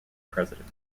president